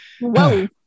Whoa